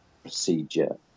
procedure